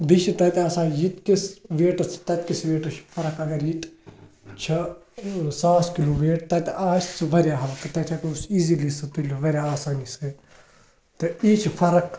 بیٚیہِ چھِ تَتہِ آسان ییٚتہِ کِس ویٹَس تہٕ تَتہِ کِس ویٹَس چھِ فَرَق اگر ییٚتہِ چھِ ٲں ساس کِلوٗ ویٹ تَتہِ آسہِ سُہ واریاہ ہلکہٕ تَتہِ ہیٚکو أسۍ ایٖزِیلی سُہ تُلِتھ واریاہ آسٲنی سۭتۍ تہٕ یِی چھِ فَرَق